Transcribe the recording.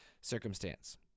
circumstance